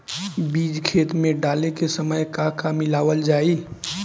बीज खेत मे डाले के सामय का का मिलावल जाई?